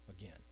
again